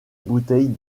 bouteilles